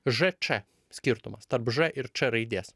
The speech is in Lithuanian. ž č skirtumas tarp ž ir č raidės